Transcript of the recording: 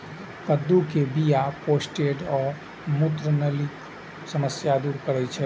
कद्दू के बीया प्रोस्टेट आ मूत्रनलीक समस्या दूर करै छै